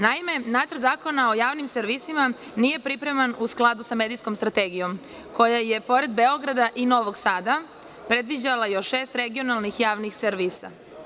Naime, Nacrt zakona o javnim servisima nije pripreman u skladu sa Medijskom strategijom koja je, pored Beograda i Novog Sada, predviđala još šest regionalnih javnih servisa.